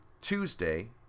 Tuesday